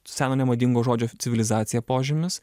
seno nemadingo žodžio civilizacija požymis